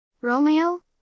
Romeo